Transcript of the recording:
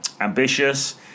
ambitious